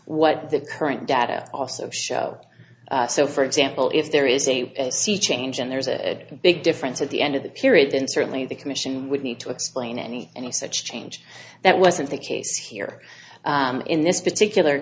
what the current data also show so for example if there is a sea change and there's a big difference at the end of the period then certainly the commission would need to explain any any such change that wasn't the case here in this particular